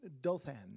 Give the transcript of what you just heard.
Dothan